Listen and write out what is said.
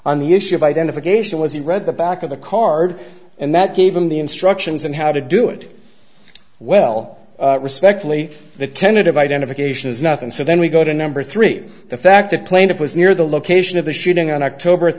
on the issue of identification was he read the back of the card and that gave him the instructions on how to do it well respectfully the tentative identification is nothing so then we go to number three the fact that plaintiff was near the location of the shooting on october